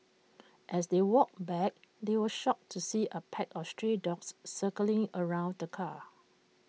as they walked back they were shocked to see A pack of stray dogs circling around the car